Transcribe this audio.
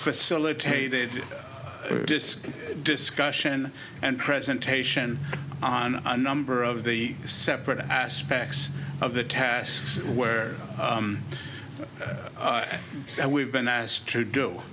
facilitated this discussion and presentation on a number of the separate aspects of the tasks where we've been asked to